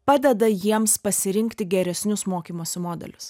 padeda jiems pasirinkti geresnius mokymosi modelius